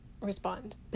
respond